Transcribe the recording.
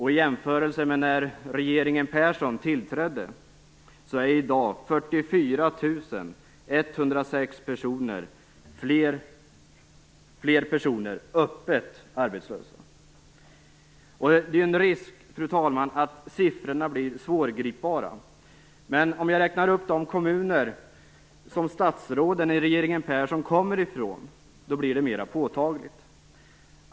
I jämförelse med när regeringen Persson tillträdde är i dag ytterligare 44 106 personer öppet arbetslösa. Det finns en risk, fru talman, att siffrorna blir svårgripbara. Men om jag räknar upp de kommuner som statsråden i regeringen Persson kommer ifrån blir det mer påtagligt.